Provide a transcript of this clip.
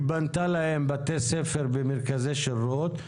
היא בנתה להם בתי ספר ומרכזי שירות,